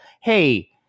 Hey